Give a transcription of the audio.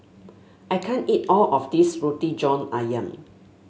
I can't eat all of this Roti John ayam